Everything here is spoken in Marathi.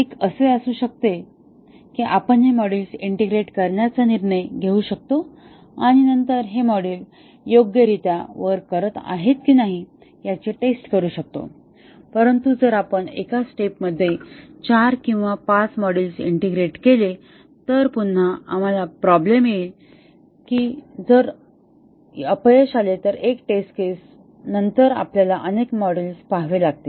एक असे असू शकते की आपण हे मॉड्यूल्स इंटिग्रेट करण्याचा निर्णय घेऊ शकतो आणि नंतर हे मॉड्यूल योग्यरित्या वर्क करत आहेत की नाही याची टेस्ट करू शकतो परंतु जर आपण एका स्टेप मध्ये 4 किंवा 5 मॉड्यूल्स इंटिग्रेट केले तर पुन्हा आम्हाला प्रॉब्लेम येईल की जर अपयश आले तर एक टेस्ट केस नंतर आपल्याला अनेक मॉड्यूल पहावे लागतील